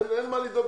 אין מה לדאוג.